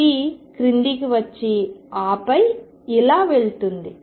ఇది క్రిందికి వచ్చి ఆపై ఇలా వెళ్తుంది